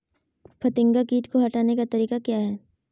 फतिंगा किट को हटाने का तरीका क्या है?